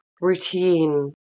routine